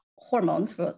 Hormones